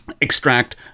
extract